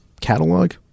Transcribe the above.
catalog